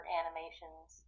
animations